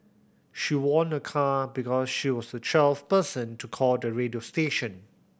she won a car because she was the twelfth person to call the radio station